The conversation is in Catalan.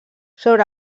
sobre